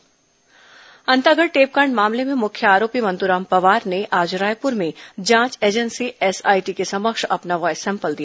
Manturam voice sample Antagarh टेपकांड मामले में मुख्य आरोपी मंतूराम पवार ने आज रायपूर में जांच एजेंसी एसआईटी के समक्ष अपना वॉयस सैंपल दिया